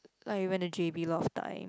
like we went to J_B last time